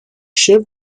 shiv